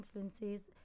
influences